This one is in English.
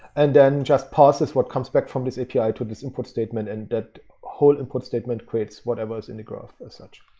and then just processes what comes back from this api to this input statement. and whole input statement creates whatever's in the graph as such.